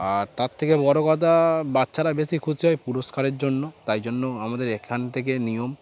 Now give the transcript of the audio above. আর তার থেকে বড়ো কথা বাচ্চারা বেশি খুশি হয় পুরস্কারের জন্য তাই জন্য আমাদের এখান থেকে নিয়ম